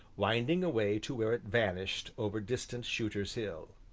winding away to where it vanished over distant shooter's hill.